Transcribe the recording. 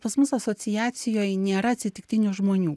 pas mus asociacijoj nėra atsitiktinių žmonių